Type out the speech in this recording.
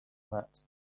hats